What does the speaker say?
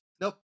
Nope